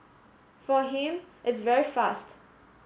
for him it's very fast